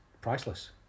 priceless